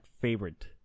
favorite